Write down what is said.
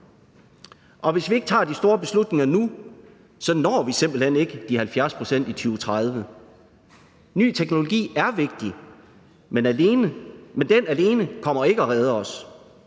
Hvis vi ikke tager de store beslutninger nu, når vi simpelt hen ikke de 70 pct. i 2030. Ny teknologi er vigtig, men den alene kommer ikke og redder os.